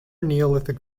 neolithic